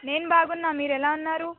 నేను బాగున్నాను మీరు ఎలా ఉన్నారు